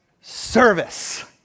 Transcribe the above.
service